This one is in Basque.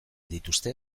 dituzte